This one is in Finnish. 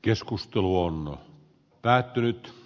keskustelu on päättynyt